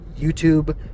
YouTube